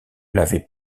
l’avait